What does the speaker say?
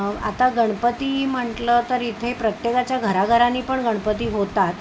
आता गणपती म्हटलं तर इथे प्रत्येकाच्या घराघरांनी पण गणपती होतात